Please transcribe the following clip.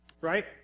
Right